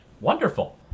Wonderful